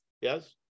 Yes